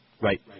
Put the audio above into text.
Right